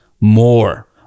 more